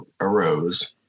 arose